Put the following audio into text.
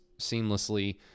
seamlessly